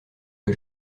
que